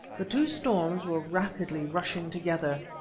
the two storms were rapidly rushing together.